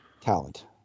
talent